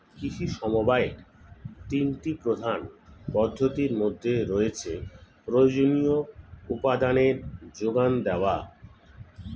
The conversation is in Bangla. কৃষি সমবায়ের তিনটি প্রধান পদ্ধতির মধ্যে রয়েছে প্রয়োজনীয় উপাদানের জোগান দেওয়া